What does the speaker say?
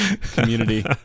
community